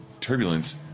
turbulence